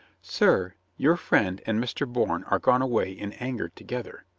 sir, your friend and mr. bourne are gone away in anger together,